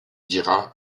dira